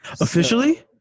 Officially